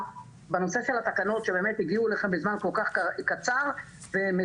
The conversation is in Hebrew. בנושא של התקנות שבאמת הגיעו אליהם בזמן כל כך קצר ומצפים